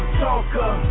talker